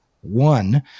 One